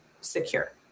secure